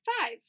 five